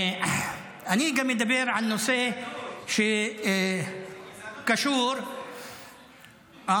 אני גם אדבר על הנושא שקשור --- זו גזענות.